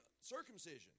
circumcision